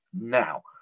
now